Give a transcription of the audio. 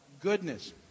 goodness